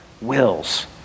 wills